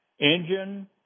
engine